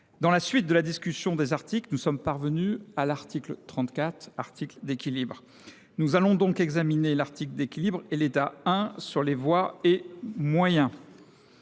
Dans la suite de la discussion des articles, nous sommes parvenus à l'article 34, article d'équilibre. Nous allons donc examiner l'article d'équilibre et l'état 1 sur les voies et moyens.